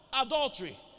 adultery